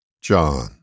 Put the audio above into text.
John